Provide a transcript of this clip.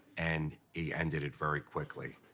and he ended it very quickly.